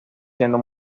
siendo